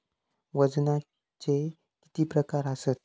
वजनाचे किती प्रकार आसत?